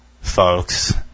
folks